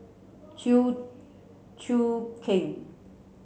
Chew Choo Keng